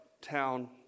town